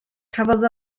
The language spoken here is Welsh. cafodd